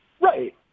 Right